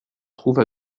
trouve